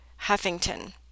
Huffington